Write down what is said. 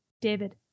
David